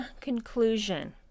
conclusion